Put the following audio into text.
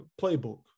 playbook